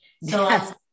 Yes